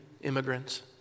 immigrants